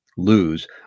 lose